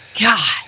God